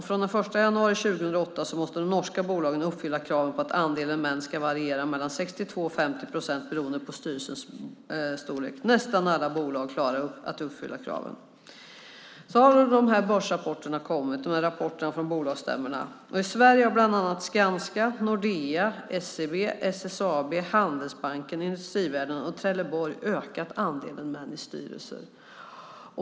Från den 1 januari 2008 måste de norska bolagen uppfylla kravet på att andelen män ska variera med mellan 62 och 50 procent beroende på styrelsens storlek. Nästan alla bolag klarar att uppfylla kravet. Nu har börsrapporterna och rapporterna från bolagsstämmorna kommit. I Sverige har bland annat Skanska, Nordea, SEB, SSAB, Handelsbanken, Industrivärlden och Trelleborg ökat andelen män i sina styrelser.